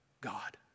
God